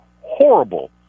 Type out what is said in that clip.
horrible